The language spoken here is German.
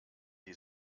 die